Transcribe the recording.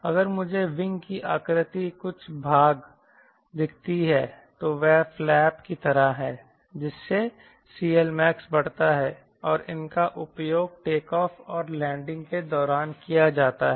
अगर मुझे विंग की आकृति कुछ भाग दिखती है तो यह फ्लैप की तरह है जिससे CLMax बढ़ता है और इनका उपयोग टेक ऑफ और लैंडिंग के दौरान किया जाता है